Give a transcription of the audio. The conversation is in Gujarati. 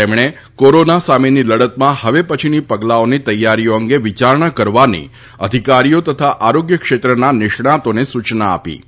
તેમણે કોરોના સામેની લડતમાં હવે પછીના પગલાંઓની તૈયારીઓ અંગે વિચારણા કરવાની અધિકારીઓ તથા આરોગ્ય ક્ષેત્રના નિષ્ણાંતોને સૂચના આપી હતી